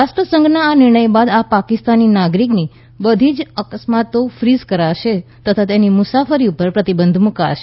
રાષ્ટ્રસંઘના આ નિર્ણય બાદ આ પાકિસ્તાની નાગરિકની બધી જ અસ્ક્યામતો ફ્રી કરાશે તથા તેની મુસાફરી ઉપર પ્રતિબંધ મૂકાશે